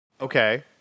okay